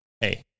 hey